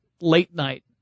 late-night